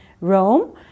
Rome